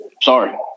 sorry